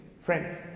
Friends